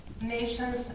nations